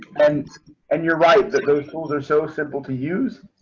and and you're right that those tools are so simple to use.